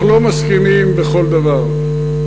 אנחנו לא מסכימים בכל דבר,